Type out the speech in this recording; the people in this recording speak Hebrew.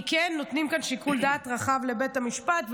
כי כן נותנים כאן שיקול דעת רחב לבית המשפט,